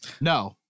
No